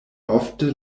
ofte